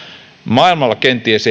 maailmalla kenties